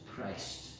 Christ